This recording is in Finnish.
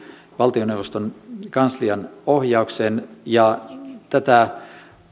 valtioneuvoston kanslian omistajaohjausyksikön ohjaukseen ja tätä